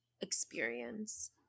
experience